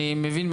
אני מבין,